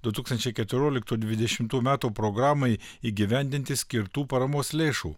du tūkstančiai keturioliktų dvidešimtų metų programai įgyvendinti skirtų paramos lėšų